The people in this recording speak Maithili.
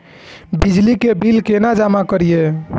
बिजली के बिल केना जमा करिए?